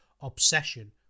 obsession